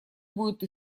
будет